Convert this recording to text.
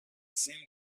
seemed